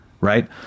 right